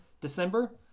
December